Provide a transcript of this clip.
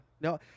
No